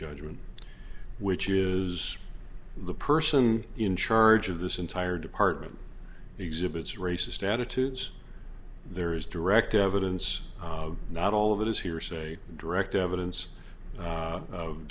judgment which is the person in charge of this entire department exhibits racist attitudes there is direct evidence not all of it is hearsay direct evidence